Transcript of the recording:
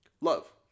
love